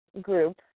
group